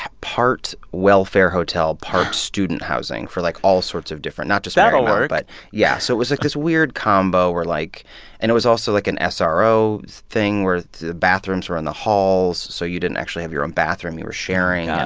part welfare hotel, part student housing for, like, all sorts of different not just marymount. that'll work. but yeah. so it was, like, this weird combo, where, like and it was also, like, an ah sro thing, where the bathrooms were in the halls so you didn't actually have your own bathroom. you were sharing.